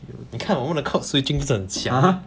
你看我们的 cloud switching 是不是很强